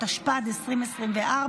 התשפ"ג 2023,